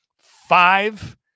Five